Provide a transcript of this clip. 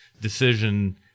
decision